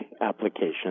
Application